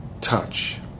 touch